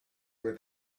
were